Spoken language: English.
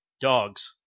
dogs